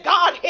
God